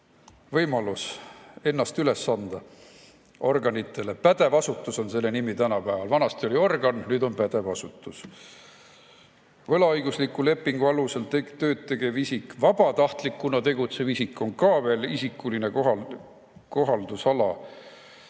võimalus ennast organitele üles anda. Pädev asutus on selle nimi tänapäeval, vanasti oli organ, nüüd on pädev asutus. Võlaõigusliku lepingu alusel tööd tegev isik, vabatahtlikuna tegutsev isik on ka veel isikulises kohaldusalas,